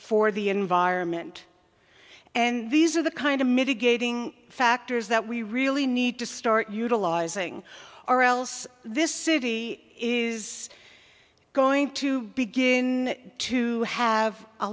for the environment and these are the kind of mitigating factors that we really need to start utilizing or else this city is going to begin to have a